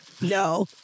no